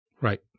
Right